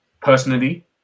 personally